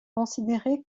considéré